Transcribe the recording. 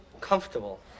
comfortable